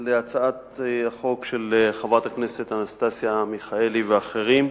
על הצעת החוק של חברת הכנסת אנסטסיה מיכאלי ואחרים.